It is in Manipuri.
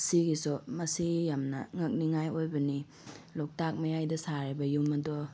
ꯁꯤꯒꯤꯁꯨ ꯃꯁꯤ ꯌꯥꯝꯅ ꯉꯛꯅꯤꯡꯉꯥꯏ ꯑꯣꯏꯕꯅꯤ ꯂꯣꯛꯇꯥꯛ ꯃꯌꯥꯏꯗ ꯁꯥꯔꯤꯕ ꯌꯨꯝ ꯑꯗꯣ